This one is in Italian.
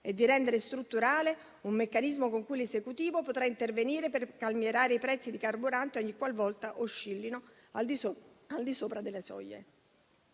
e rendere strutturale un meccanismo con cui l'Esecutivo potrà intervenire per calmierare i prezzi di carburante, ogni qualvolta oscillino al di sopra delle soglie.